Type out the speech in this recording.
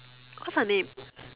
what's her name